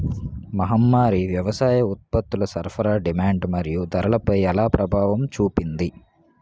మహమ్మారి వ్యవసాయ ఉత్పత్తుల సరఫరా డిమాండ్ మరియు ధరలపై ఎలా ప్రభావం చూపింది?